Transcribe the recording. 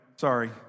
Sorry